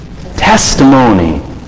testimony